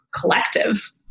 collective